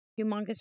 humongous